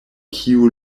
kiu